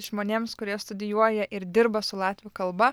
žmonėms kurie studijuoja ir dirba su latvių kalba